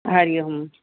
हरिओम